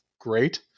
great